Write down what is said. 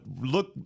look